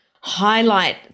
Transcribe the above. highlight